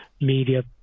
media